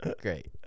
Great